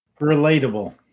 Relatable